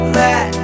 let